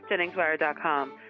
JenningsWire.com